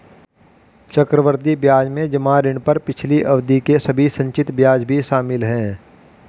चक्रवृद्धि ब्याज में जमा ऋण पर पिछली अवधि के सभी संचित ब्याज भी शामिल हैं